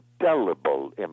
indelible